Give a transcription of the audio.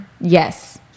Yes